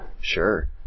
sure